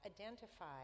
identify